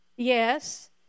Yes